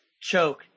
choke